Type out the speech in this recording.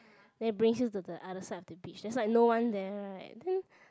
then it brings you to the other side of the beach that's why no one there right then